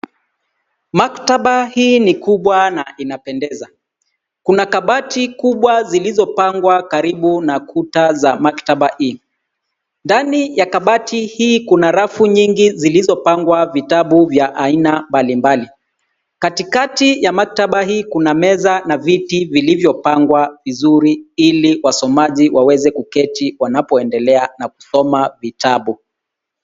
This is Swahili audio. Maktaba hii ni kubwa, na inapendeza. Kuna kabati kubwa zilizopangwa karibu na kuta za maktaba hii . Ndani ya kabati hii, kuna rafu nyingi zilizopangwa vitavu vya aina mbalimbali. Katikati ya maktaba hii, kuna meza, na viti vilivyo pangwa vizuri ili wasomaji waweze kuketi wanapoendelea na kusoma vitabu.